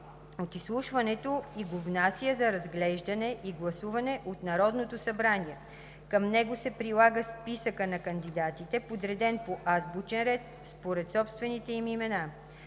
от изслушването и го внася за разглеждане и гласуване от Народното събрание. Към него се прилага списъкът на кандидатите, подреден по азбучен ред според собствените им имена.